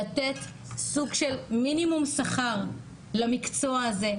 לתת סוג של מינימום שכר למקצוע הזה,